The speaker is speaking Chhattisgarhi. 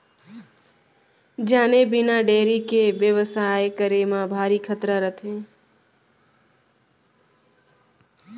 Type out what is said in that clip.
जाने बिना डेयरी के बेवसाय करे म भारी खतरा रथे